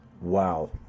Wow